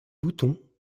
boutons